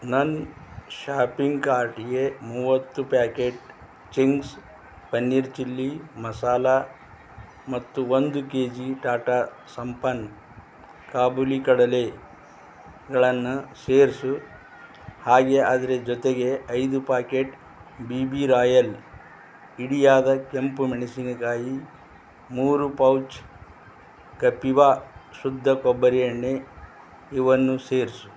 ನನ್ನ ಶಾಪಿಂಗ್ ಕಾರ್ಟಿಗೆ ಮೂವತ್ತು packet Ching's paneer chilli masala ಮತ್ತು ಒಂದು ಕೆ ಜಿ ಟಾಟಾ ಸಂಪನ್ ಕಾಬುಲಿ ಕಡಲೆಗಳನ್ನು ಸೇರಿಸು ಹಾಗೇ ಅದ್ರ ಜೊತೆಗೆ ಐದು ಪಾಕೆಟ್ ಬಿ ಬಿ ರಾಯಲ್ ಇಡಿಯಾದ ಕೆಂಪು ಮೆಣಸಿನಕಾಯಿ ಮೂರು ಪೌಚ್ ಕಪಿವ ಶುದ್ಧ ಕೊಬ್ಬರಿ ಎಣ್ಣೆ ಇವನ್ನು ಸೇರಿಸು